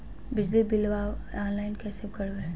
बिजली बिलाबा ऑनलाइन कैसे करबै?